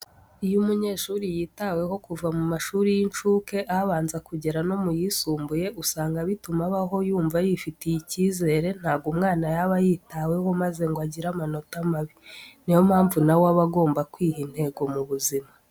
Iyo umunyeshuri yitaweho kuva mu mashuri y'incuke, abanza kugera no mu yisumbuye, usanga bituma abaho yumva yifitiye icyizere, ntabwo umwana yaba yitaweho maze ngo agire amanota mabi. Niyo mpamvu na we aba agomba kwiha intego mu buzima.